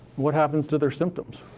what happens to their symptoms?